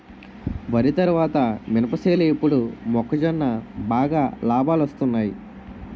వరి తరువాత మినప సేలు ఇప్పుడు మొక్కజొన్న బాగా లాబాలొస్తున్నయ్